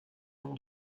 nom